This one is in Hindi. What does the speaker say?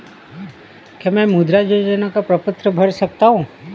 क्या मैं मुद्रा योजना का प्रपत्र भर सकता हूँ?